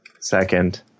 Second